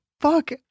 Fuck